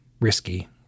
risky